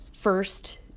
first